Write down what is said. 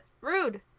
rude